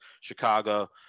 Chicago